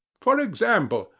for example,